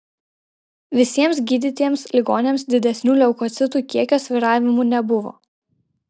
visiems gydytiems ligoniams didesnių leukocitų kiekio svyravimų nebuvo